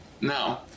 No